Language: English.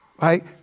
right